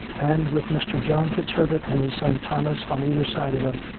and with mr. john fitz herbert and his son thomas on either side of him,